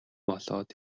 болоод